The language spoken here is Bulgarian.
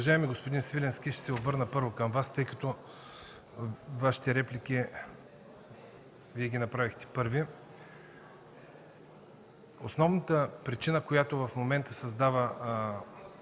Уважаеми господин Свиленски, ще се обърна първо към Вас, тъй като Вие пръв направихте репликата. Основната причина, която в момента създава